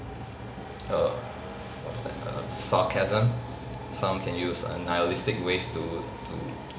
err what's that err sarcasm some can use a nihilistic ways to to